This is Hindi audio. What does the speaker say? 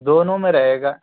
दोनों में रहेगा